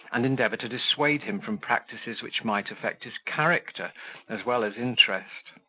and endeavour to dissuade him from practices which might affect his character as well as interest.